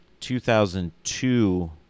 2002